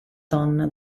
donna